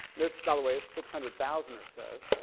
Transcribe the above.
this fellow is six hundred thousand or so.